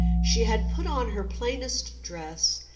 she had put on her plainest dress,